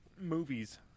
movies